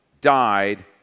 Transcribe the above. died